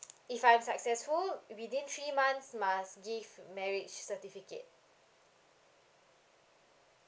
if I'm successful within three months must give marriage certificate